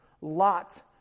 Lot